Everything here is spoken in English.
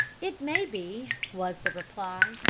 it may be, was the reply,